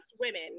women